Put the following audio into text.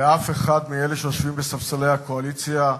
ואף אחד מאלה שיושבים בספסלי הקואליציה,